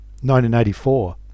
1984